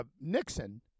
Nixon